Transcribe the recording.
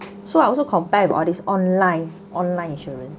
so I also compare all these online online insurance